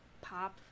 pop